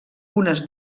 unes